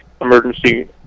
emergency